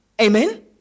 Amen